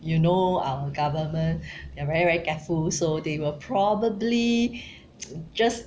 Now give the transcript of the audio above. you know our government they are very very kiasu so they will probably just